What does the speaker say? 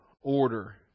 order